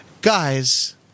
Guys